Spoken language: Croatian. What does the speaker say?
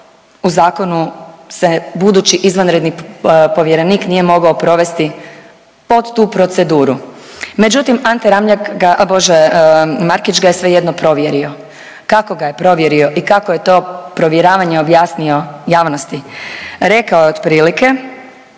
U zakonu se budući izvanredni povjerenik nije mogao provesti pod tu proceduru, međutim Ante Ramljak ga, bože Markić ga je svejedno provjerio. Kako ga je provjerio i kako je to provjeravanje objasnio javnosti? Rekao je otprilike